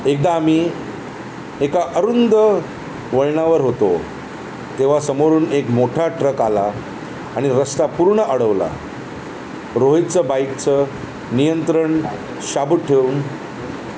एकदा आही एका अरुंद वळणावर होतो तेव्हा समोरून एक मोठा ट्रक आला आणि रस्ता पूर्ण अडवला रोहितचं बाईकचं नियंत्रण शाबुत ठेवून